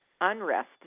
unrest